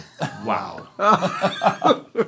Wow